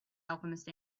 alchemist